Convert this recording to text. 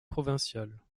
provinciales